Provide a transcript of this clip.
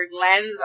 lens